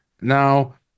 now